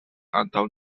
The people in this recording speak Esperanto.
antaŭ